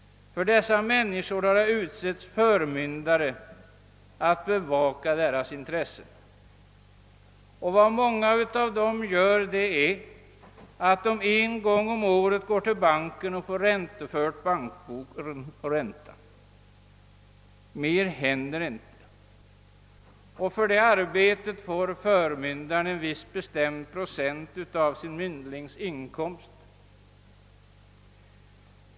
För dessa människor har det utsetts förmyndare som skall bevaka deras intressen. Vad många av dessa förmyndare gör är att en gång om året gå till banken för att föra in ränta åt den omyndigförklarade. Mer gör de inte. För det arbetet får de en viss bestämd procent av sin myndlings inkomst.